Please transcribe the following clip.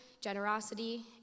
generosity